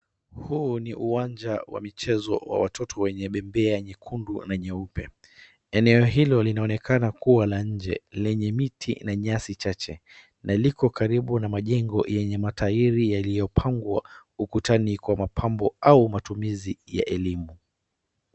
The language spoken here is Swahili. Huu ni uwanja wa watoto wenye bembe nyekundu na nyeupe. Eneo hilo linaonekana kuwa la nje lenye miti na nyasi chache. Na liko karibu na majengo yenye matairi yaliyopangwa ukutani kwa mapambo au matumizi ya elimu.